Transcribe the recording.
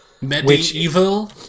Medieval